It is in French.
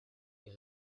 est